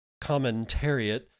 commentariat